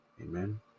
Amen